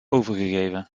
overgegeven